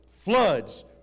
floods